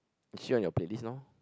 is she on your playlist now